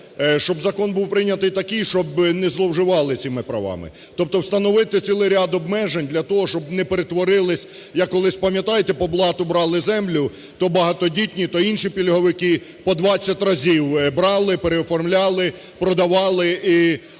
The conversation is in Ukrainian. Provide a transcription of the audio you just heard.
щоб закон був прийнятий такий, щоб не зловживали цими правами. Тобто встановити цілий ряд обмежень для того, щоб не перетворились… Я колись, пам'ятаєте, по блату брали землю, то багатодітні, то інші пільговики по 20 разів брали, переоформляли, продавали, а реальні